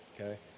okay